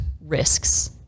risks